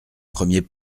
premier